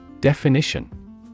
Definition